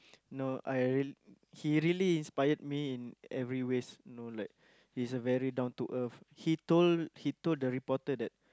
no I real~ he really inspired me in every ways you know like he's a very down to earth he told he told the reporter that